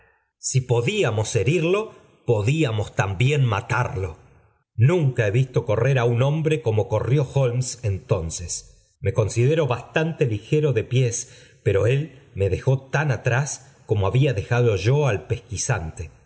a podíamos herirlo podíamos también matfl nunca he visto correr á un hombre como holmes entonces me considero bástanlo de piéis pero él me dejó tan atrás como jado yo al pesquisante